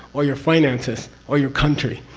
or your finances, or your country.